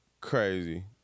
crazy